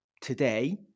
today